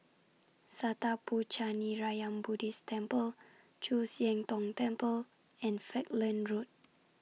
Sattha Puchaniyaram Buddhist Temple Chu Siang Tong Temple and Falkland Road